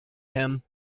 him